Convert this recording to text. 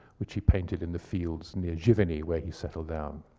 which he painted in the fields near giverny, where he settled down.